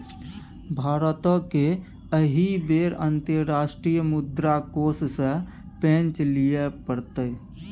भारतकेँ एहि बेर अंतर्राष्ट्रीय मुद्रा कोष सँ पैंच लिअ पड़तै